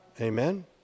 amen